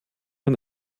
man